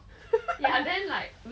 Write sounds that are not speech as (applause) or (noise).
(laughs)